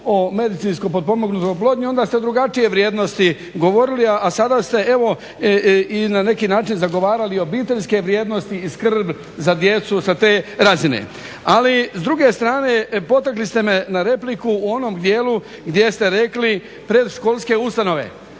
o medicinski pomognutoj oplodnji onda ste drugačije vrijednosti govorili, a sada ste evo i na neki način zagovarali obiteljske vrijednosti i skrb za djecu sa te razine. Ali s druge strane potaknuli ste me na repliku u onom dijelu gdje ste rekli predškolske ustanove